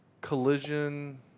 Collision